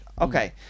Okay